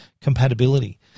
compatibility